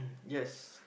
mm yes